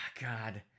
God